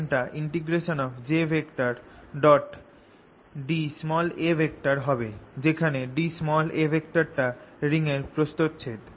কারেন্টটা jda হবে যেখানে da টা রিং এর প্রস্থচ্ছেদ